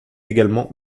également